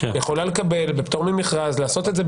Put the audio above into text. יכולה לקבל בפטור ממכרז ולעשות את זה.